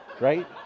right